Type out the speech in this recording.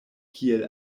kiel